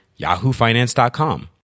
yahoofinance.com